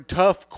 tough